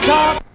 Talk